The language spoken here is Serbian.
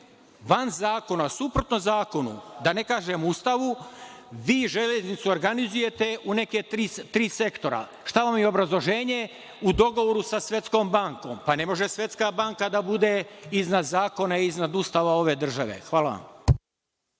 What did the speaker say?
van zakona, suprotno zakonu, da ne kažem Ustavu, vi železnicu organizujete u neka tri sektora. Šta vam je obrazloženje? U dogovoru sa Svetskom bankom. Pa, ne može Svetska banka da bude iznad zakona i iznad Ustava ove države. Hvala